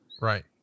Right